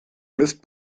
mist